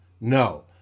no